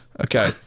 Okay